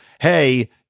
hey